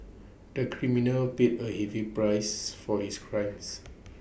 the criminal paid A heavy price for his crimes